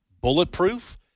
bulletproof